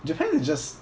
japan is just